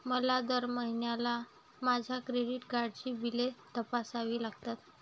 मला दर महिन्याला माझ्या क्रेडिट कार्डची बिले तपासावी लागतात